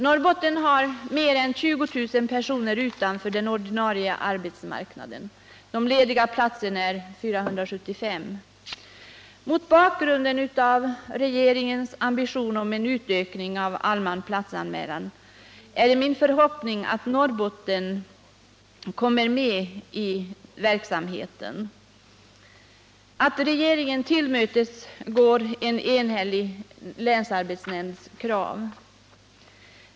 Norrbotten har mer än 20 000 personer utanför den ordinarie arbetsmarknaden. Antalet lediga platser är 475. Mot bakgrund av regeringens ambition om en utökning av den allmänna platsanmälan är det min förhoppning att Norrbotten kommer med i verksamheten, att regeringen alltså tillmötesgår en enhällig länsarbetsnämnds krav.